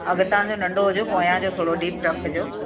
अॻिता जो नंढो हुजे पोयां जो थोरो डीप रखिजो